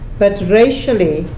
but racially,